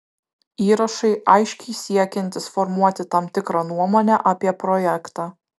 įrašai aiškiai siekiantys formuoti tam tikrą nuomonę apie projektą